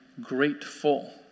grateful